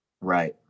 Right